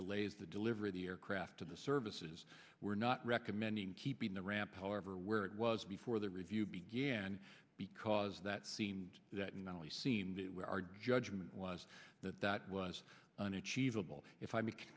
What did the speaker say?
delays the delivery of the aircraft to the services we're not recommending keeping the ramp however where it was before the review began because that seemed that not only seemed it where our judgment was that that was